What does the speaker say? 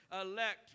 elect